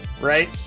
Right